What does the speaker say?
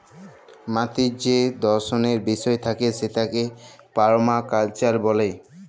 মাটির যে দর্শলের বিষয় থাকে সেটাকে পারমাকালচার ব্যলে